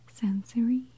Sensory